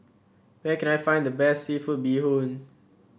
where can I find the best seafood Bee Hoon